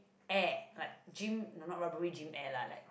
air like gym not rubbery gym air lah like